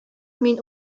мин